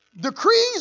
decrees